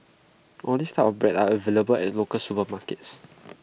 all these types of bread are available at local supermarkets